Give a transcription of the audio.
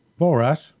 Borat